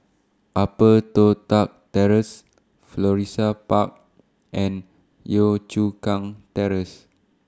Upper Toh Tuck Terrace Florissa Park and Yio Chu Kang Terrace